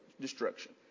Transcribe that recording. destruction